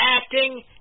acting